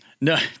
no